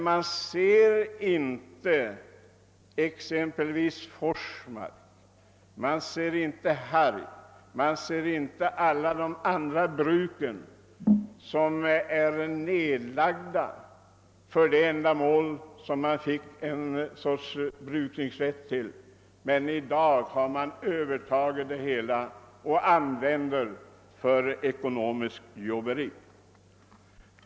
Man ser exempelvis inte Forsmark, Harg och alla de andra bruken som är nedlagda och inte används för det ändamål för vilket brukningsrätten läm nades. I dag har de övertagits och används för ekonomiskt jobberi.